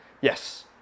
Yes